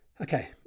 Okay